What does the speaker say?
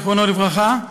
זיכרונו לברכה,